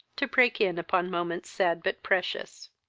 to break in upon moments sad but precious.